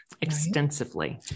extensively